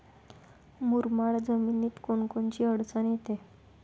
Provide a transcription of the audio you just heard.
मुरमाड जमीनीत कोनकोनची अडचन येते?